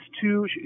two